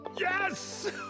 Yes